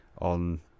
on